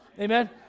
Amen